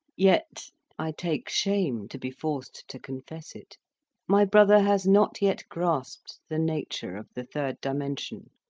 yet i take shame to be forced to confess it my brother has not yet grasped the nature of the third dimension,